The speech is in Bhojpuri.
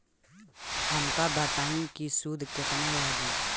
हमका बताई कि सूद केतना लागी?